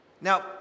Now